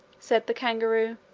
said the kangaroo.